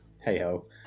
hey-ho